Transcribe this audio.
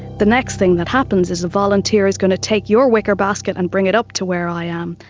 the next thing that happens is a volunteer is going to take your wicker basket and bring it up to where i am,